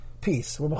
peace